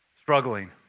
Struggling